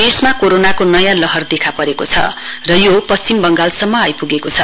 देशमा कोरोनाको नयाँ लहर देखा परेको छ र यो पश्चिम बंगलसम्म आईपुगेको छ